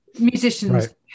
musicians